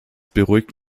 beruhigt